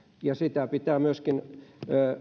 ja sitä pitää myöskin